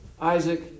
Isaac